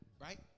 Right